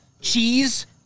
Cheese